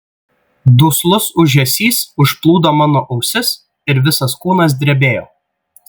duslus ūžesys užplūdo mano ausis ir visas kūnas drebėjo